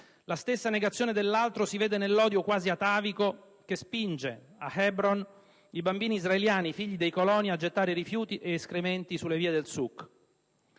la stessa negazione dell'altro si vede nell'odio quasi atavico che spinge a Hebron i bambini israeliani, figli dei coloni, a gettare rifiuti ed escrementi sulle vie del suk.